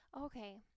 Okay